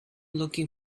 looking